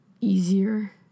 easier